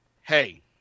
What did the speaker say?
Hey